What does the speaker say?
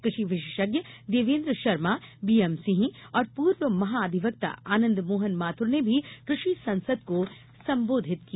कृषि विशेषज्ञ देवेन्द्र शर्मा बीएम सिंह और पूर्व महा अधिवक्ता आनंद मोहन माथुर ने भी कृषि संसद को संबोधित किया